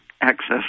access